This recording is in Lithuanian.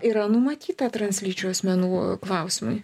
yra numatyta translyčių asmenų klausimai